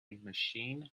machine